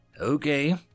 Okay